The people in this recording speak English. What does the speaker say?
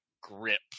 grip